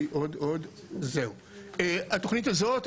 התוכנית הזאת,